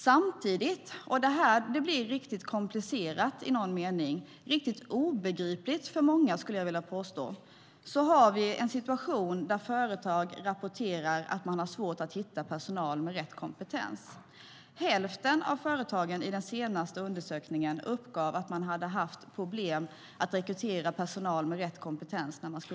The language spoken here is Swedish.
Samtidigt - och det är här det blir riktigt komplicerat i någon mening, riktigt obegripligt för många, skulle jag vilja påstå - har vi en situation där företag rapporterar att de har svårt att hitta personal med rätt kompetens. Hälften av företagen i den senaste undersökningen uppgav att de hade haft problem att rekrytera personal med rätt kompetens.